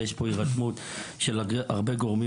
יש פה הירתמות של הרבה גורמים